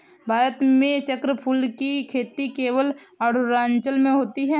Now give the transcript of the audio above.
भारत में चक्रफूल की खेती केवल अरुणाचल में होती है